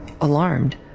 Alarmed